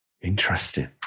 Interesting